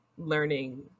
learning